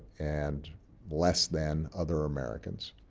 and less than other americans.